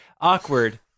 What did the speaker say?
Awkward